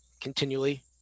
continually